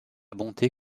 bonté